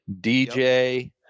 DJ